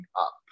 up